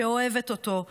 שאוהבת אותו,